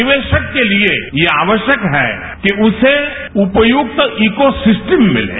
निवेशक के लिए ये आवश्यक है कि उसे उपयुक्त ईकोसिस्टम मिले